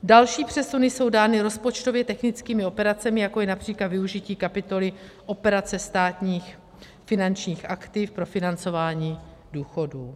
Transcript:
Další přesuny jsou dány rozpočtově technickými operacemi, jako je např. využití kapitoly Operace státních finančních aktiv pro financování důchodů.